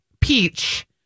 peach